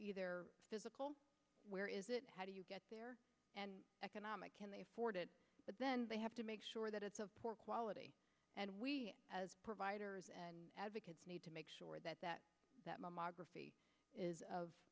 margraf physical where is it how do you get an economic can they afford it but then they have to make sure that it's of poor quality and we as providers and advocates need to make sure that that that mammography is of